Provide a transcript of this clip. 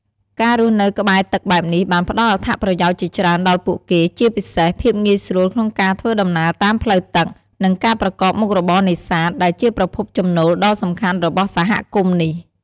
ការរស់នៅក្បែរទឹកបែបនេះបានផ្តល់អត្ថប្រយោជន៍ជាច្រើនដល់ពួកគេ ជាពិសេស ភាពងាយស្រួលក្នុងការធ្វើដំណើរតាមផ្លូវទឹក និង ការប្រកបមុខរបរនេសាទ ដែលជាប្រភពចំណូលដ៏សំខាន់របស់សហគមន៍នេះ។